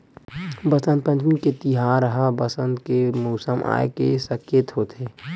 बसंत पंचमी तिहार ह बसंत के मउसम आए के सकेत होथे